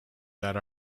that